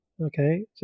okay